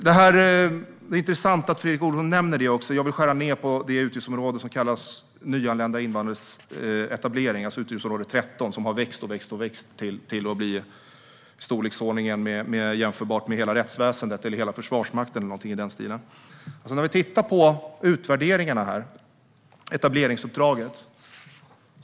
Det är intressant att Fredrik Olovsson nämner att jag vill skära ned på det utgiftsområde som handlar om nyanlända invandrares etablering, nämligen utgiftsområde 13, som har växt och växt till att storleksmässigt bli jämförbart med hela rättsväsendet, hela Försvarsmakten eller någonting i den stilen. Det har gjorts utvärderingar av etableringsuppdraget.